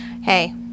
Hey